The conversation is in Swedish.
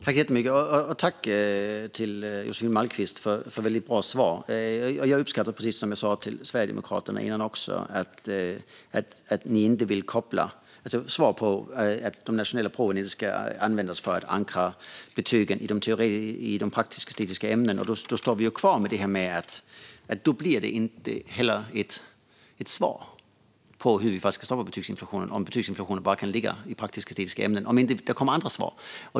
Herr talman! Jag tackar Josefin Malmqvist för ett bra svar. Precis som jag sa till Sverigedemokraterna uppskattar jag att ni säger att nationella prov inte ska användas för att förankra betygen i praktisk-estetiska ämnen. Men då står vi ju kvar utan något svar på hur vi ska stoppa betygsinflationen, om den nu bara kan ligga i praktisk-estetiska ämnen - om det inte kommer andra svar.